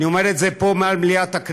אני אומר את זה פה, מעל במת הכנסת.